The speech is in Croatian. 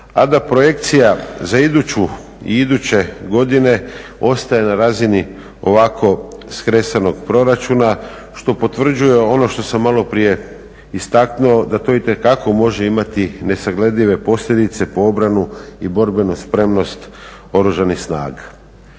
a da projekcija za iduću i iduće godine ostaje na razini ovako skresanog proračuna što potvrđuje ono što sam malo prije istaknuo da to itekako može imati nesagledive posljedice po obranu i borbenu spremnost oružanih snaga.